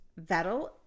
Vettel